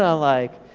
ah like,